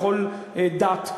בכל דת,